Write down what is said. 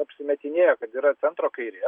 apsimetinėja kad yra centro kairės